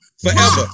Forever